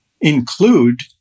include